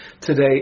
today